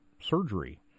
surgery